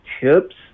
tips